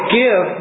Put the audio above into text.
give